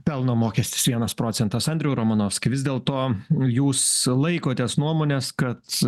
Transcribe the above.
pelno mokestis vienas procentas andriau romanovski vis dėlto jūs laikotės nuomonės kad